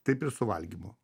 taip ir su valgymu